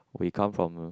we come from